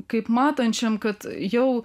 kaip matančiam kad jau